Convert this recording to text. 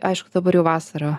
aišku dabar jau vasara